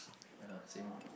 ya same lor